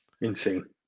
insane